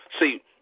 See